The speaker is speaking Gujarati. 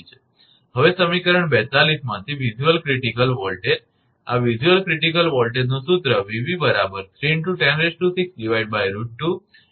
હવે સમીકરણ 42 માંથી વિઝ્યુઅલ ક્રિટિકલ વોલ્ટેજ આ વિઝ્યુઅલ ક્રિટિકલ વોલ્ટેજ નું સૂત્ર 𝑉𝑣 3×106√2𝑚𝑣𝑟𝛿10